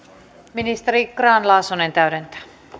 ministeri grahn laasonen täydentää